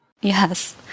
Yes